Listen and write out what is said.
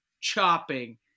chopping